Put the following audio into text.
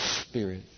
spirit